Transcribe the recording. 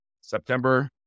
September